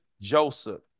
Joseph